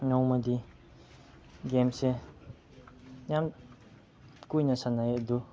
ꯅꯣꯡꯃꯗꯤ ꯒꯦꯝꯁꯦ ꯌꯥꯝ ꯀꯨꯏꯅ ꯁꯥꯟꯅꯩꯌꯦ ꯑꯗꯨ